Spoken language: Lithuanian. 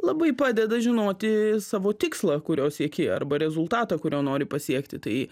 labai padeda žinoti savo tikslą kurio sieki arba rezultatą kurio nori pasiekti tai